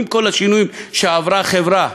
עם כל השינויים שעברו החברה,